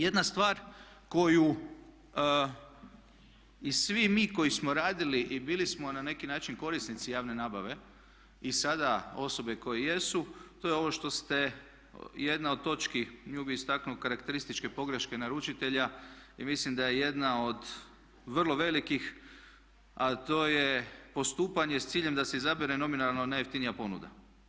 Jedna stvar koju i svi mi koji smo radili i bili smo na neki način korisnici javne nabave i sada osobe koje jesu to je ovo što ste, jedna od točki, nju bi istaknuo karakterističke pogreške naručitelja i mislim da je jedna od vrlo velikih a to je postupanje s ciljem da se izabere nominalno najjeftinija ponuda.